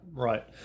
Right